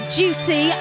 duty